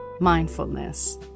Mindfulness